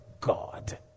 God